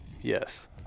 Yes